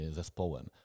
zespołem